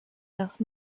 nach